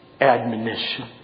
Admonition